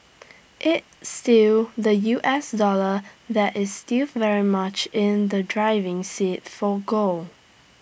it's still the U S dollar that is still very much in the driving seat for gold